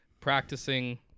practicing